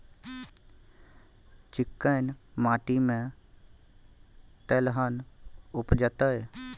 चिक्कैन माटी में तेलहन उपजतै?